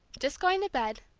just going to bed,